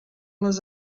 les